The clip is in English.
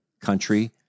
country